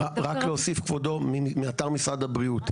רק להוסיף כבודו מאתר משרד הבריאות,